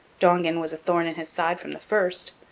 dongan was a thorn in his side from the first,